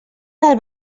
del